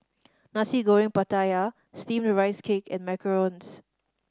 Nasi Goreng Pattaya Steamed Rice Cake and macarons